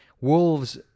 Wolves